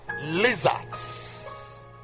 lizards